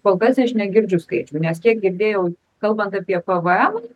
kol kas aš negirdžiu skaičių nes kiek girdėjau kalbant apie pvm